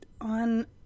on